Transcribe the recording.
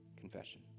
confession